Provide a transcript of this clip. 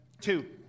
Two